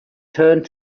turned